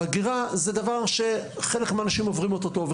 זה דבר שחלק מהאנשים עוברים אותו טוב,